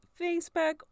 Facebook